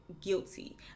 Guilty